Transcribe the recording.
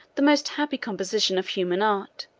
the most happy composition of human art,